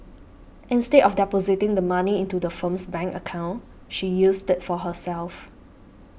instead of depositing the money into the firm's bank account she used it for herself